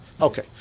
Okay